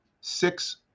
Six